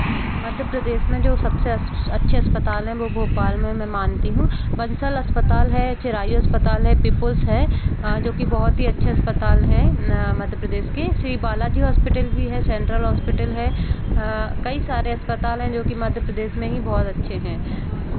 मध्य प्रदेश में जो सबसे अस अच्छे अस्पताल हैं वो भोपाल में मैं मानती हूँ बंसल अस्पताल है चिरायू अस्पताल है पीपल्स है जो कि बहुत ही अच्छे अस्पताल हैं मध्य प्रदेश के श्री बालाजी हॉस्पिटल भी है सेंट्रल हॉस्पिटल है कई सारे अस्पताल हैं जो कि मध्य प्रदेश में ही बहुत अच्छे हैं